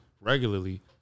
regularly